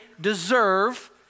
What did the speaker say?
deserve